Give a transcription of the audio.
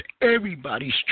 everybody's